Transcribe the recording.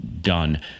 done